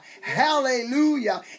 Hallelujah